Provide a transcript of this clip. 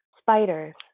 spiders